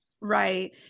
Right